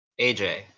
AJ